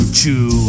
Chew